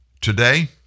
Today